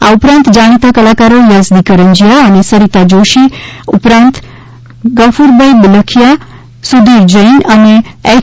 આ ઉપરાંત જાણીતા કલાકારો યઝદી કરંજિયા અને સરિતા જોષી આ ઉપરાંત ગફ્રભાઈ બિલખિયા સુધીર જૈન અને એય